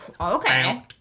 okay